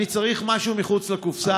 אני צריך משהו מחוץ לקופסה,